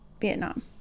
Vietnam